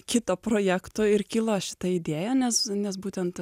kito projekto ir kilo šita idėja nes nes būtent